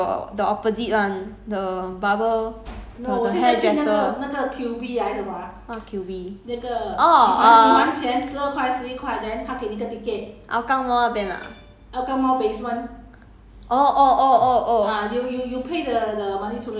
like I think !wah! anyway I tell you don't go the the opposite one the barber the the hairdresser what Q_B orh err hougang mall 那边 ah